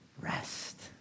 Rest